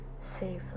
safely